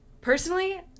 Personally